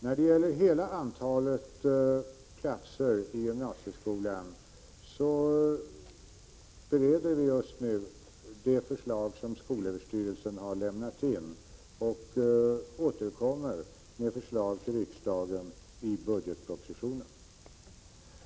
När det gäller hela antalet platser i gymnasieskolan bereder vi nu det förslag som skolöverstyrelsen har lagt fram och återkommer med förslag till riksdagen i budgetpropositionen.